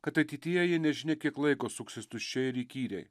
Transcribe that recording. kad ateityje ji nežinia kiek laiko suksis tuščiai ir įkyriai